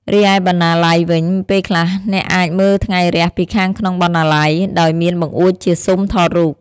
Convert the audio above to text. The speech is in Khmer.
រីឯបណ្ណាល័យវិញ ពេលខ្លះ អ្នកអាចមើលថ្ងៃរះពីខាងក្នុងបណ្ណាល័យ ដោយមានបង្អួចជាស៊ុមថតរូប។